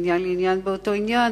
מעניין לעניין באותו עניין.